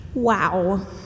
Wow